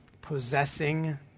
possessing